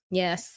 yes